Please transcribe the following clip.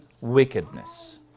wickedness